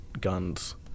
guns